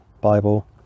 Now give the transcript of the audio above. Bible